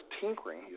tinkering